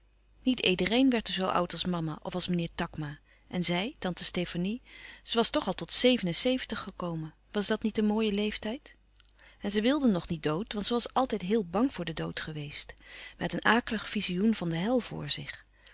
niet iedereen werd zoo oud als mama of als meneer takma en zij tante stefanie ze was toch al tot zeven en zeventig gekomen was dat niet een mooie leeftijd en ze wilde nog niet dood want ze was altijd heel bang voor den dood geweest met een akelig vizioen van de hel voor zich